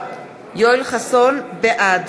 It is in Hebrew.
בעד